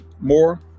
more